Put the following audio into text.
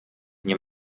nie